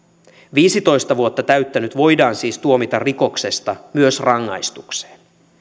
viisitoista vuotta täyttänyt voidaan siis tuomita rikoksesta myös rangaistukseen